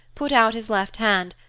put out his left hand,